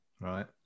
Right